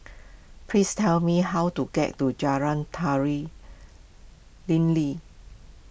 please tell me how to get to Jalan Tari Lim Lee